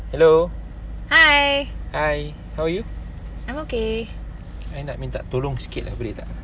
hello hi how are you I nak minta tolong sikit lah boleh tak